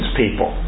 people